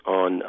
on